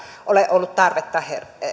ole ollut tarvettakaan